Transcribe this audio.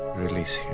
release